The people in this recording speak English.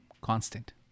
constant